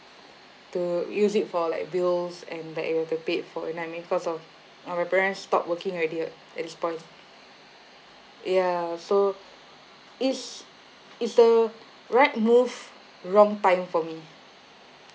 to use it for like bills and debt you have to pay for you know what I mean cause of our parents stop working already [what] at this point ya so it's it's the right move wrong time for me